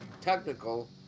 technical